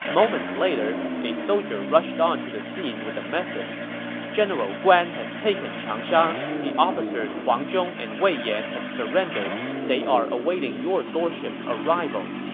moments later, a soldier rushed onto the scene with a message general guan has taken changsha. the officers huang zhong and wei yan have surrendered. they are awaiting your lordship's arrival.